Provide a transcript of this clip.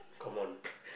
come on